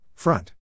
Front